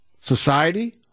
society